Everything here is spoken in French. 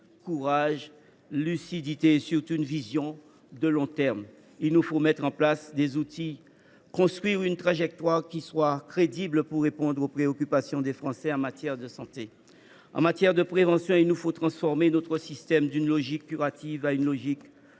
courage, lucidité et, surtout, vision de long terme. Il nous faut mettre en place des outils et construire une trajectoire qui soit crédible pour répondre aux préoccupations des Français en matière de santé. Pour ce qui concerne la prévention, il nous faut transformer notre système, en le faisant passer d’une logique